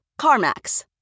CarMax